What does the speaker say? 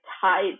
tied